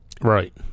Right